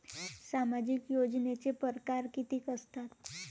सामाजिक योजनेचे परकार कितीक असतात?